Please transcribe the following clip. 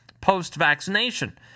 post-vaccination